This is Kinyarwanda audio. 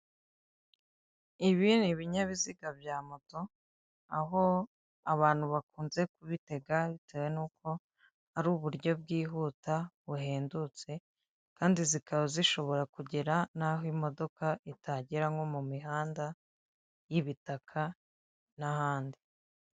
Ibi ni bininyabiziga bya moto; aho abantu bakunze kubitega bitewe n'uko ari uburyo bwihuta buhendutse, kandi zikaba zishobora kugera n'aho imodoka itagera nko mu mihanda y'ibitaka n'ahandi.